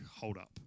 holdup